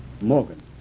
Morgan